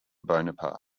bonaparte